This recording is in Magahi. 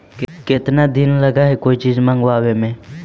केतना दिन लगहइ कोई चीज मँगवावे में?